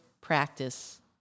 practice